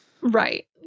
Right